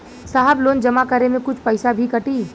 साहब लोन जमा करें में कुछ पैसा भी कटी?